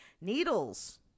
needles